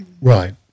Right